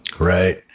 Right